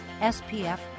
SPF